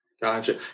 Gotcha